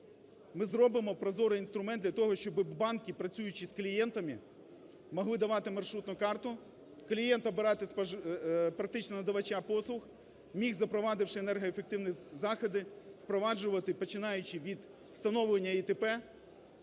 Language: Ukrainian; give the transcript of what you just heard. Ми зробимо прозорий інструмент для того, щоби банки, працюючи з клієнтами, могли давати маршрутну карту, клієнт обирати практичного надавача послуг, міг, запровадивши енергоефективні заходи, впроваджувати, починаючи від встановлення ІТР,